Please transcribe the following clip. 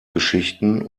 geschichten